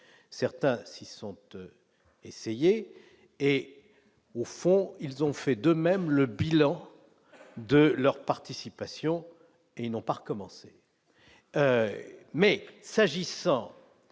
certains s'y sont, eux, essayer et au fond, ils ont fait de même le bilan de leur participation et non pas recommencer. Mais s'agissant